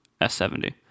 s70